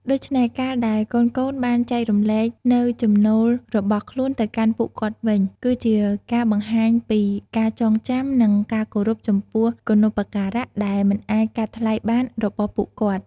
ដូច្នេះ ការដែលកូនៗបានចែករំលែកនូវចំណូលរបស់ខ្លួនទៅកាន់ពួកគាត់វិញ គឺជាការបង្ហាញពីការចងចាំ និងការគោរពចំពោះគុណូបការៈដែលមិនអាចកាត់ថ្លៃបានរបស់ពួកគាត់។